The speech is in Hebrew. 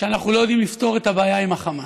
שאנחנו לא יודעים לפתור את הבעיה עם החמאס.